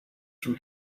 from